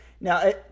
Now